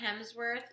Hemsworth